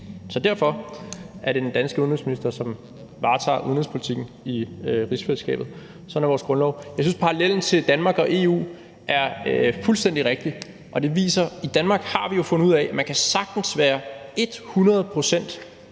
Så derfor er det den danske udenrigsminister, som varetager udenrigspolitikken i rigsfællesskabet. Sådan er vores grundlov. Jeg synes, parallellen til Danmark og EU er fuldstændig rigtig, og det viser jo, at vi i Danmark har fundet ud af, at man sagtens kan være